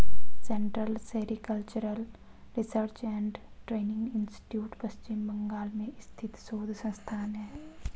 central sericultural research and training institute Paschim Bengal में स्थित शोध संस्थान है